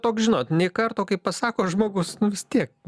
toks žinot nė karto kai pasako žmogus nu vis tiek